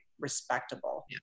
respectable